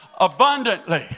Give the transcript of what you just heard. abundantly